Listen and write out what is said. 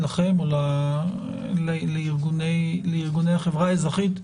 לכם או לארגוני החברה האזרחית,